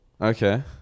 Okay